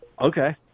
Okay